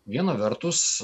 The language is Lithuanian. viena vertus